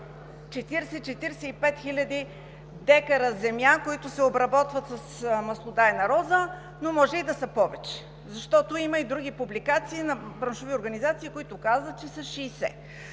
40 – 45 000 декара земя, които се обработват с маслодайна роза, но може и да са повече, защото има и други публикации на браншови организации, които казват, че са 60.